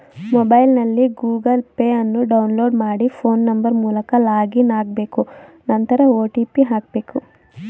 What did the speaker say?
ಮೊಬೈಲ್ನಲ್ಲಿ Google Pay ಅನ್ನು download ಮಾಡಿ ಫೋನ್ ನಂಬರ್ ಮೂಲಕ ಲಾಗಿನ್ ಆಗ್ಬೇಕು ನಂತರ ಒ.ಟಿ.ಪಿ ಹಾಕ್ಬೇಕು